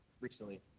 recently